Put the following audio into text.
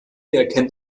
erkennt